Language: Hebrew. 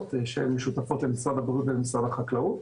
משותפות למשרד הבריאות ולמשרד החקלאות.